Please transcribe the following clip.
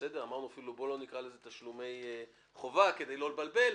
אמרנו אפילו שבואו לא נקרא לזה "תשלומי חובה" כדי לא להתבלבל,